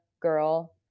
girl